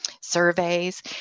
surveys